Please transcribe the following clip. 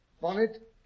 Bonnet